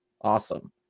awesome